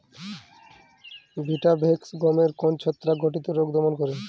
Vitavax গমের কোন ছত্রাক ঘটিত রোগ দমন করে?